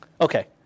Okay